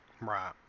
Right